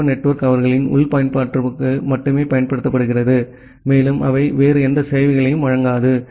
இராணுவ நெட்வொர்க் அவர்களின் உள் பயன்பாட்டிற்காக மட்டுமே பயன்படுத்தப்படுகிறது மேலும் அவை வேறு எந்த சேவைகளையும் வழங்காது